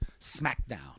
SmackDown